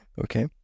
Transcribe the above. Okay